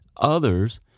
others